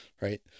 right